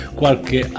qualche